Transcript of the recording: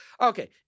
Okay